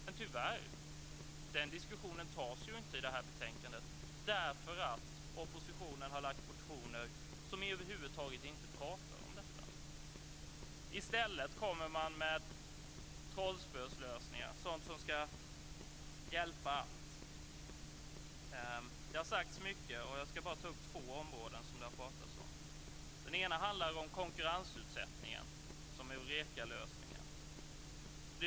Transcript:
Men tyvärr tas inte den diskussionen i det här betänkandet, därför att oppositionen har lagt fram motioner där det över huvud taget inte pratas om detta. I stället kommer man med trollspölösningar som ska avhjälpa allt. Det har sagts mycket, och jag ska bara ta upp två områden som det har pratats om. Det ena handlar om konkurrensutsättningen som heurekalösning.